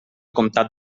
comtat